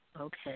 Okay